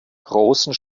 großen